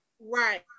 Right